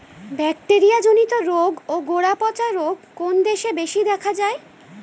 Bacteria জনিত রোগ ও গোড়া পচা রোগ কোন দেশে বেশি দেখা যায়?